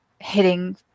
hitting